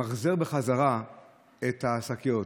גם למחזר בחזרה את השקיות.